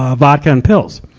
ah vodka and pills.